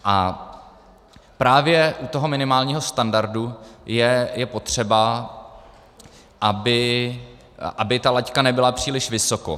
A právě u toho minimálního standardu je potřeba, aby laťka nebyla příliš vysoko.